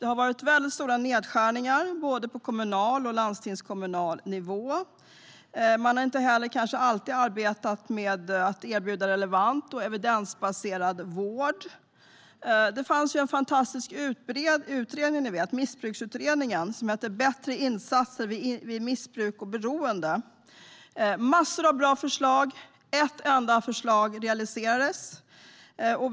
Det har varit stora nedskärningar på både kommunal nivå och landstingsnivå, och man har kanske inte alltid arbetat med att erbjuda relevant och evidensbaserad vård. Missbruksutredningen kom ju med en fantastisk utredning, Bättre insatser vid missbruk och beroende . Där fanns massor av bra förslag. Ett enda förslag realiserades.